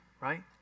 right